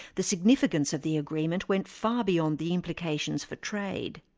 the significance of the agreement went far beyond the implications for trade.